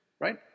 right